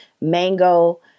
mango